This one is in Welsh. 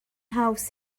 haws